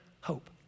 hope